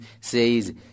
says